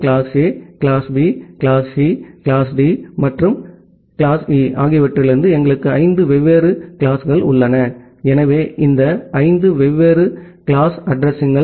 class A class B class C class D மற்றும் class E ஆகியவற்றிலிருந்து எங்களுக்கு ஐந்து வெவ்வேறு கிளாஸ்கள் உள்ளன எனவே இந்த ஐந்து வெவ்வேறு கிளாஸ் அட்ரஸிங்கள்